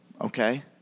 okay